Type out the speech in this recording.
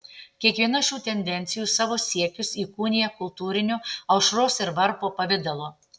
kiekviena šių tendencijų savo siekius įkūnija kultūriniu aušros ir varpo pavidalu